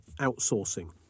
outsourcing